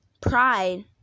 pride